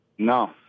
No